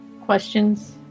questions